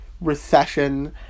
recession